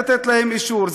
לתת להם אישור,